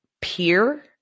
peer